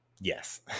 Yes